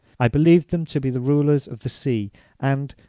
i believed them to be the rulers of the sea and,